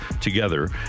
Together